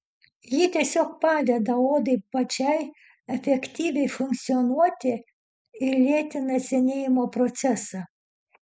ji tiesiog padeda odai pačiai efektyviai funkcionuoti ir lėtina senėjimo procesą